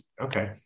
okay